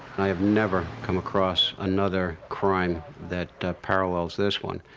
i have never come across another crime that parallels this one.